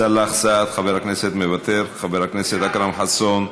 סאלח סעד, חבר הכנסת, מוותר, חבר הכנסת אכרם חסון,